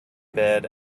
bed